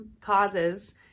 causes